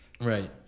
right